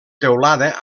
teulada